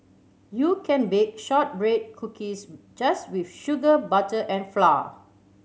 you can bake shortbread cookies just with sugar butter and flour